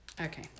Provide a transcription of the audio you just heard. okay